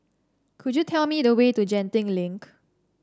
could you tell me the way to Genting Link